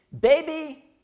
Baby